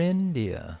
India